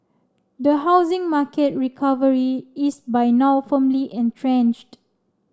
the housing market recovery is by now firmly entrenched